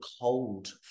cold